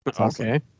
Okay